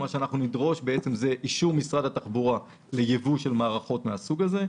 אנחנו נדרוש את אישור משרד התחבורה לייבוא של מערכות מן הסוג הזה,